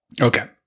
Okay